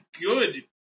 good